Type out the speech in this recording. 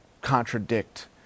contradict